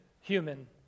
human